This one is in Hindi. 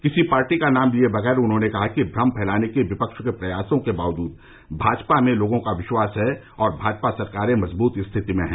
किसी पार्टी का नाम लिए बिना उन्होंने कहा कि भ्रम फैलाने के विपक्ष के प्रयासों के बावजूद भाजपा में लोगों का विश्वास है और भाजपा सरकारे मजबूत स्थिति में हैं